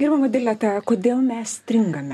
gerbiama dileta kodėl mes stringame